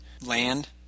land